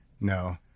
No